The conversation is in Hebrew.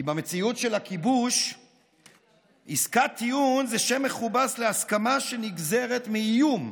כי במציאות של הכיבוש עסקת טיעון זה שם מכובס להסכמה שנגזרת מאיום,